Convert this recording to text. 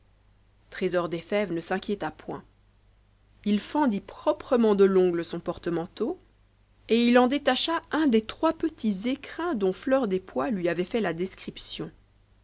trésor des fèves ne s'inquiéta point il fendit proprement de l'ongle son porte-manteau et il en détacha un des trois petits écrins dont fleur des pois lui avait fait la description